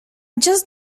just